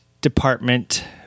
department